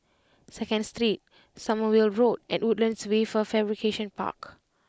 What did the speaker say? Second Street Sommerville Road and Woodlands Wafer Fabrication Park